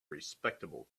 respectable